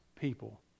people